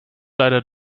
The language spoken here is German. leider